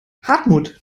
hartmut